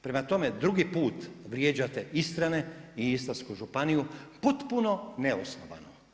Prema tome, drugi put vrijeđate Istrane i Istarsku županiju potpuno neosnovano.